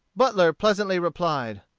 butler pleasantly replied,